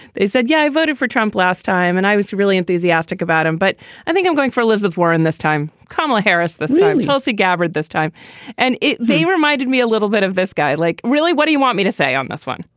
they said yeah i voted for trump last time and i was really enthusiastic about him but i think i'm going for elizabeth warren this time. kamala harris this time tulsi gabbard this time and they reminded me a little bit of this guy like really what do you want me to say on this one.